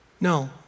No